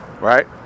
right